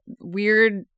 weird